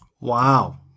Wow